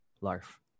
LARF